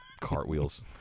Cartwheels